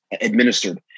administered